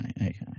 okay